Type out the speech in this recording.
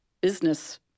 business